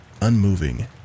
unmoving